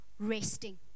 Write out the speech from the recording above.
resting